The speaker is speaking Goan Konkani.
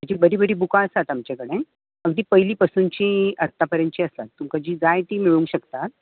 ताची बरी बरी बूकां आसा आमचे कडेन सामकी पयलीं पसून ते आतां पर्यंतची आसा तुकां जी जांय ती मेळोवं शकता